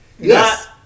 Yes